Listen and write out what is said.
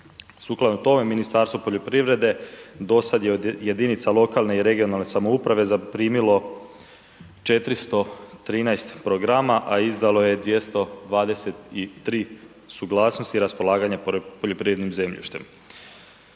Sukladno tome, Ministarstvo poljoprivrede dosad je od jedinice lokalne i regionalne samouprave zaprimilo 413 programa, a izdalo je 223 suglasnosti raspolaganja poljoprivrednim zemljištem.